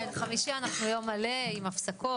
כן, אבל אחר כך,